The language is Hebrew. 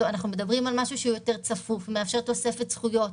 אנחנו מדברים על משהו יותר צפוף שמאפשר תוספת זכויות.